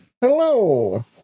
Hello